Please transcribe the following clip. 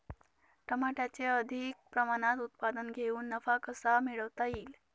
टमाट्याचे अधिक प्रमाणात उत्पादन घेऊन नफा कसा मिळवता येईल?